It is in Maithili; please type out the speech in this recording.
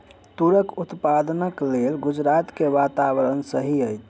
तूरक उत्पादनक लेल गुजरात के वातावरण सही अछि